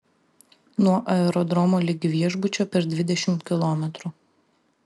nuo aerodromo ligi viešbučio per dvidešimt kilometrų